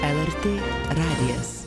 lrt radijas